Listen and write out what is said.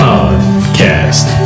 Podcast